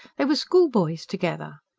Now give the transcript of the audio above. they were schoolboys together.